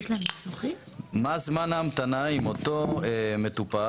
מה זמן ההמתנה אם אותו מטופל,